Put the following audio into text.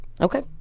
Okay